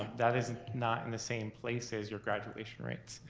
that is not in the same place as your graduation rates.